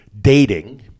dating